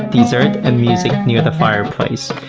dessert and music near the fireplace.